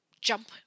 jump